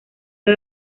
era